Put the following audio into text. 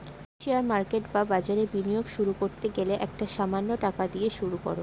share market বা বাজারে বিনিয়োগ শুরু করতে গেলে একটা সামান্য টাকা দিয়ে শুরু করো